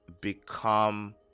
become